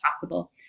possible